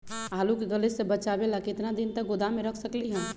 आलू के गले से बचाबे ला कितना दिन तक गोदाम में रख सकली ह?